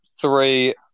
three